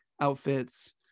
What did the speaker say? outfits